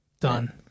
done